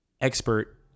expert